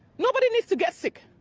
nobody needs to get sick.